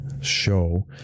show